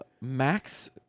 Max